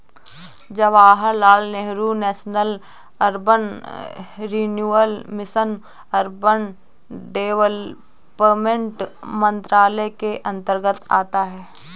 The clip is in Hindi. Jawaharlal Nehru national urban renewal mission urban development मंत्रालय के अंतर्गत आता है